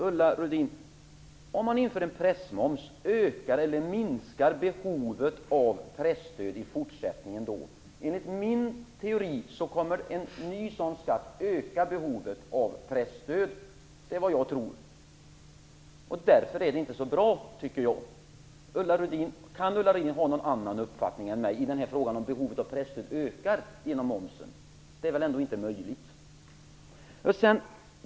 Ulla Rudin, ökar eller minskar behovet av presstöd i fortsättningen om man inför en pressmoms? Enligt min teori kommer en ny sådan skatt att öka behovet av presstöd. Det är vad jag tror. Därför är förslaget inte så bra. Kan Ulla Rudin ha någon annan uppfattning än jag i frågan om behovet av presstöd ökar genom momsen? Det är väl ändå inte möjligt?